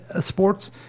sports